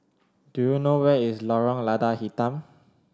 do you know where is Lorong Lada Hitam